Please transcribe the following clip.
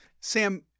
Sam